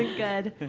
good.